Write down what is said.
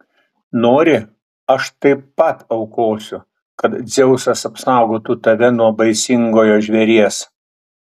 nori aš taip pat aukosiu kad dzeusas apsaugotų tave nuo baisingojo žvėries